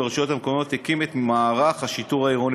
ברשויות המקומיות הקים את מערך השיטור העירוני,